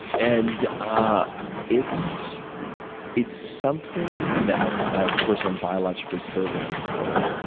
and ah it's it's something that, of course, i'm biologically programmed for.